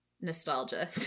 nostalgia